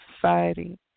society